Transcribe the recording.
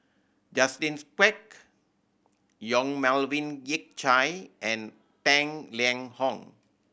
Justin Quek Yong Melvin Yik Chye and Tang Liang Hong